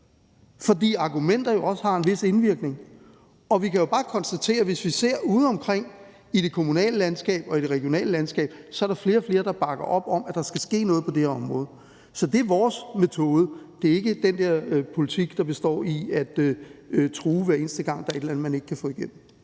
fordi argumenter jo også har en vis indvirkning. Vi kan bare konstatere, at hvis vi ser udeomkring i det kommunale landskab og i det regionale landskab, så er der flere og flere, der bakker op om, at der skal ske noget på det her område. Så det er vores metode. Det er ikke den der politik, der består i at true, hver eneste gang der er et eller andet, man ikke kan få igennem.